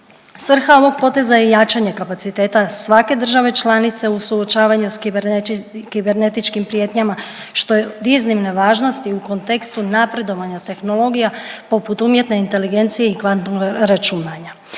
Svrha ovog poteza je jačanje kapaciteta svake države članice u suočavanje s kibernetičkim prijetnjama, što je od iznimne važnosti u kontekstu napredovanja tehnologija poput umjetne inteligencije i kvantum računanja.